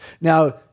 now